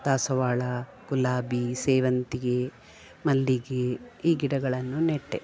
ದಾಸವಾಳ ಗುಲಾಬಿ ಸೇವಂತಿಗೆ ಮಲ್ಲಿಗೆ ಈ ಗಿಡಗಳನ್ನು ನೆಟ್ಟೆ